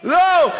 לא,